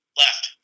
left